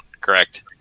correct